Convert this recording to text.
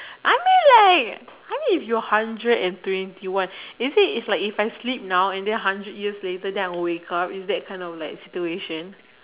I mean like I mean if you're hundred and twenty one you see is like if I sleep now and then hundred years later then I wake up it's that kind of like situation